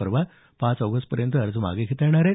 परवा पाच ऑगस्टपर्यंत अर्ज मागे घेता येणार आहेत